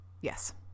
Yes